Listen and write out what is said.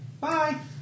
Bye